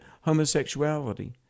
homosexuality